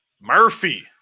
Murphy